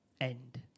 End